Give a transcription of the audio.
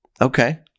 Okay